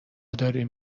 داریم